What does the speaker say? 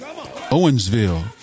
Owensville